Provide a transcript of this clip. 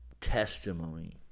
testimony